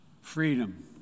Freedom